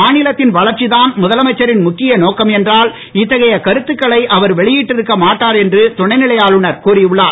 மாநிலத்தின் வளர்ச்சி தான் முதலமைச்சரின் முக்கிய நோக்கம் என்றால் இத்தகைய கருத்துக்களை அவர் வெளியிட்டு இருக்க மாட்டார் என்று துணை நிலை ஆளுநர் கூறி உள்ளார்